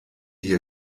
hier